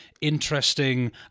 interesting